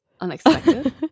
unexpected